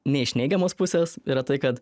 ne iš neigiamos pusės yra tai kad